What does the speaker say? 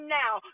now